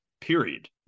period